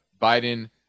Biden